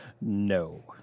No